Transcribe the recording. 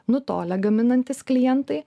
nutolę gaminantys klientai